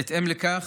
בהתאם לכך